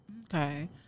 Okay